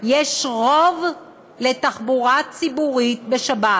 יש רוב לתחבורה ציבורית בשבת,